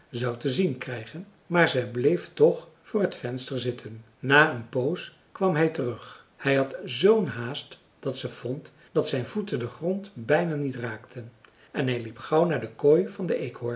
zou te zien krijgen maar zij bleef toch voor t venster zitten na een poos kwam hij terug hij had z'n haast dat ze vond dat zijn voeten den grond bijna niet raakten en hij liep gauw naar de kooi van den